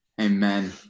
Amen